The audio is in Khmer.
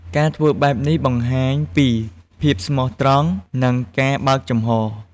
ការធ្វើបែបនេះបង្ហាញពី ភាពស្មោះត្រង់ និងការបើកចំហ។